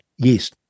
Yes